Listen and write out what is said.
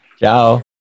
Ciao